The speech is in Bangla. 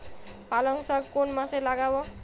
পালংশাক কোন মাসে লাগাব?